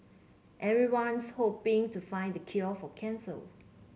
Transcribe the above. everyone's hoping to find the cure for cancer